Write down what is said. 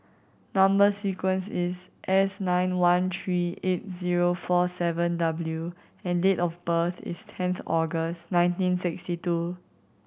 number sequence is S nine one three eight zero four seven W and date of birth is tenth August nineteen sixty two